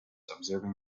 observing